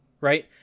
right